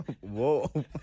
Whoa